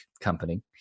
company